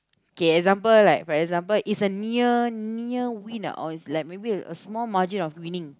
okay example like for example it's a near win or is like maybe a small margin of winning